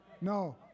No